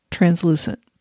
translucent